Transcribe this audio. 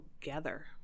together